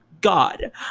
God